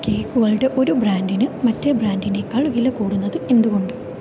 കേക്കുകൾടെ ഒരു ബ്രാൻഡിന് മറ്റേ ബ്രാൻഡിനേക്കാൾ വിലകൂടുന്നത് എന്തുകൊണ്ട്